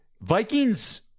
Vikings